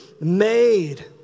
made